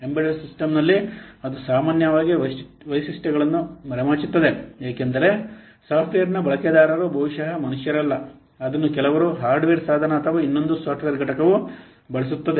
embedded ಸಿಸ್ಟಂನಲ್ಲಿ ಅದು ಸಾಮಾನ್ಯವಾಗಿ ವೈಶಿಷ್ಟ್ಯಗಳನ್ನು ಮರೆಮಾಡುತ್ತದೆ ಏಕೆಂದರೆ ಸಾಫ್ಟ್ವೇರ್ನ ಬಳಕೆದಾರರು ಬಹುಶಃ ಮನುಷ್ಯರಲ್ಲ ಅದನ್ನು ಕೆಲವು ಹಾರ್ಡ್ವೇರ್ ಸಾಧನ ಅಥವಾ ಇನ್ನೊಂದು ಸಾಫ್ಟ್ವೇರ್ ಘಟಕವು ಬಳಸುತ್ತದೆ